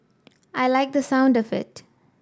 I liked the sound of it